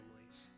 families